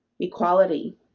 Equality